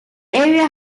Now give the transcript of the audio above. area